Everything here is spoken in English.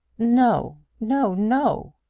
no no, no!